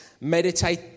Meditate